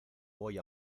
voy